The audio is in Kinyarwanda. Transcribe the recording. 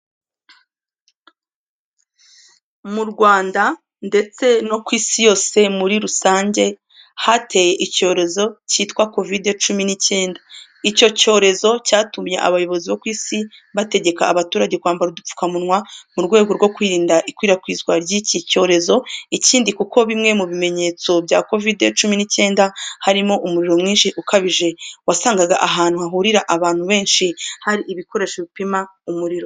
Mu Rwanda ndetse no ku Isi yose muri rusange hateye icyorezo cyitwa kovide cumi n'icyenda, icyo cyorezo cyatumye abayobozi ku Isi bategeka abaturage kwambara udupfukamunwa, mu rwego rwo kwirinda ikwirakwizwa ry'icyi cyorezo. Ikindi kuko bimwe mu bimenyetso bya kovide cumi n'icyenda harimo umuriro mwinshi ukabije, wasangaga ahantu hahurira abantu benshi, hari ibikoresho bipima umuriro.